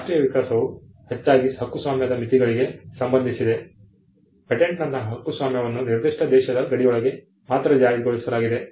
ರಾಷ್ಟ್ರೀಯ ವಿಕಾಸವು ಹೆಚ್ಚಾಗಿ ಹಕ್ಕುಸ್ವಾಮ್ಯದ ಮಿತಿಗಳಿಗೆ ಸಂಬಂಧಿಸಿದೆ ಪೇಟೆಂಟ್ನಂತಹ ಹಕ್ಕುಸ್ವಾಮ್ಯವನ್ನು ನಿರ್ದಿಷ್ಟ ದೇಶದ ಗಡಿಯೊಳಗೆ ಮಾತ್ರ ಜಾರಿಗೊಳಿಸಲಾಗಿದೆ